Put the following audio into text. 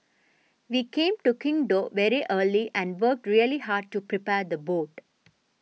we came to Qingdao very early and worked really hard to prepare the boat